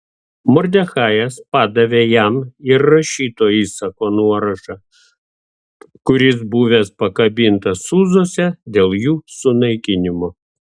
mordechajas padavė jam ir rašyto įsako nuorašą kuris buvęs pakabintas sūzuose dėl jų sunaikinimo